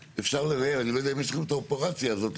אני לא יודע אם יש לכם את האופרציה הזאת,